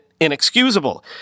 inexcusable